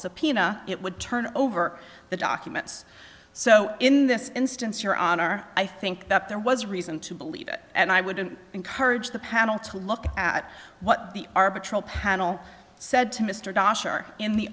subpoena it would turn over the documents so in this instance your honor i think that there was reason to believe it and i wouldn't encourage the panel to look at what the arbitral panel said to